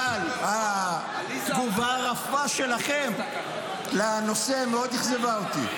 אבל התגובה הרפה שלכם לנושא מאוד אכזבה אותי.